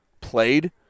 played